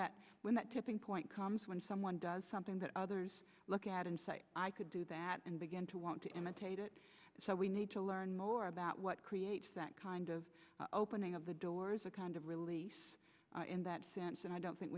that when that tipping point comes when someone does something that others look at and say i could do that and begin to want to imitate it so we need to learn more about what creates that kind of opening of the doors a kind of release in that sense and i don't